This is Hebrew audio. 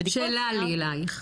שאלה לי אלייך,